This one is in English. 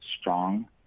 strong